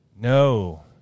no